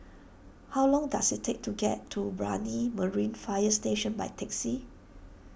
how long does it take to get to Brani Marine Fire Station by taxi